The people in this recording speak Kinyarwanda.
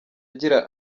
agira